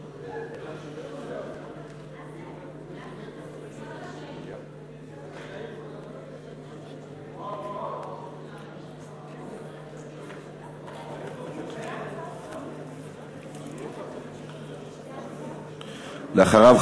אחריו,